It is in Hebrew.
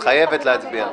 את חייבת להצביע.